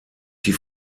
die